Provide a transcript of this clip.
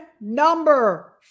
number